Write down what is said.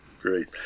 great